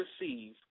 receive